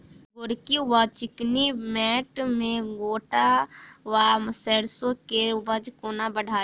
गोरकी वा चिकनी मैंट मे गोट वा सैरसो केँ उपज कोना बढ़ाबी?